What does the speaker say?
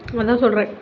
அதுதான் சொல்கிறேன்